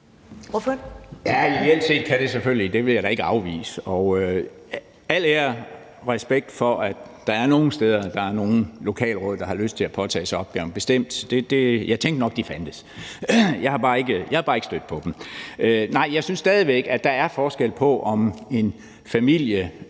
ideelt set kan det selvfølgelig. Det vil jeg da ikke afvise, og al ære og respekt for, at der nogle steder er nogle lokalråd, der har lyst til at påtage sig opgaven, bestemt. Jeg tænkte nok, at de fandtes. Jeg er bare ikke stødt på dem. Nej, jeg synes stadig væk, at der er forskel på, om en familie